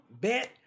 bet